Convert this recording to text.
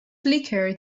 flickr